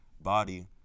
body